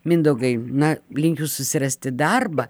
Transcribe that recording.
mindaugai na linkiu susirasti darbą